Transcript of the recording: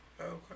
Okay